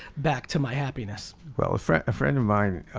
back to my happiness. well a friend friend of mine,